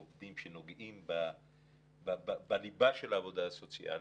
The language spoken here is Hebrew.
עובדים שנוגעים בליבה של העבודה הסוציאלית,